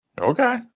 Okay